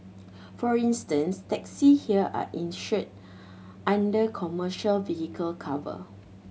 for instance taxis here are insured under commercial vehicle cover